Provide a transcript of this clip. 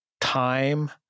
time